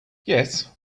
yes